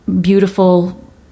beautiful